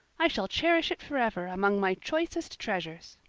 i shall cherish it forever among my choicest treasures.